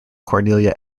cornelia